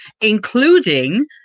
including